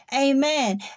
amen